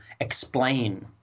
explain